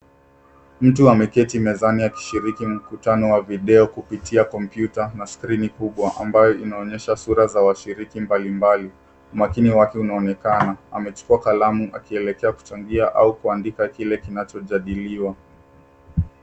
Mtu ameketi mezani akishiriki mkutano wa video kupitia kompyuta na skrini kubwa ambayo inaonyesha sura za washiriki mbalimbali. Umakini wa watu unaonekana. Amechukua kalamu akielekea kuchangia au kuandika kile kinachojadiliwa.